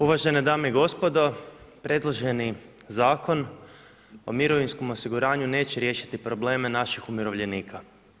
Uvažene dame i gospodo, predloženi Zakon o mirovinskom osiguranju neće riješiti probleme naših umirovljenika.